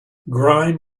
grime